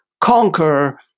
conquer